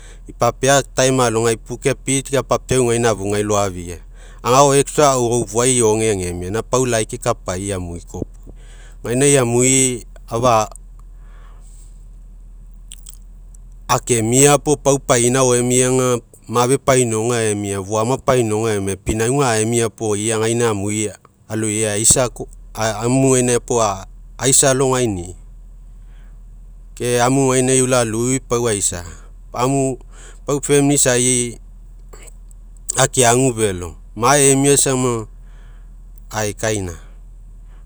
Ipapea alogai pute pika papiau gaina afugai loafia, agao ufuai ioge agemia, gaina pailai kekapai amui, gainai amui afa, akemia puo, pau painao emia ga, mafe painaoga emia, foama painaoga emia, pinauga aemia puo, ia gaina amui aloi amu gaina pau aisa alogaini'i, ke amu gaina ulalui pai aisa. pau isai akeagu velo, gae amia sama, aekaina.